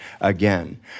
again